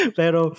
pero